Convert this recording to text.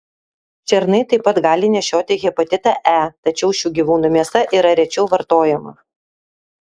šernai taip pat gali nešioti hepatitą e tačiau šių gyvūnų mėsa yra rečiau vartojama